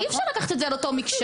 אי אפשר לקחת את זה על אותה מקשה.